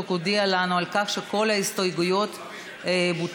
הודיע לנו על כך שכל ההסתייגויות בוטלו.